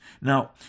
Now